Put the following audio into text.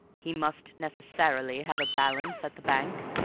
he must necessarily have a balance at the bank?